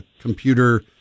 computer